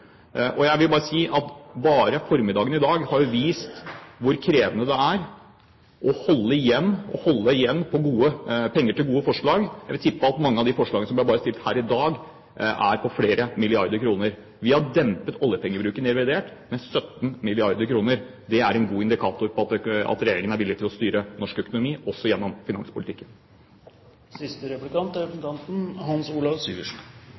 er jeg enig med representanten Gundersen fra Høyre om. Jeg vil si at bare formiddagen i dag har vist hvor krevende det er å holde igjen og holde igjen på penger til gode forslag. Jeg vil tippe at mange av de forslagene som stilt her i dag, er på flere milliarder kroner. Vi har dempet oljepengebruken i revidert med 17 mrd. kr. Det er en god indikator på at regjeringen er villig til å styre norsk økonomi også gjennom finanspolitikken. Jeg er